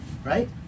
Right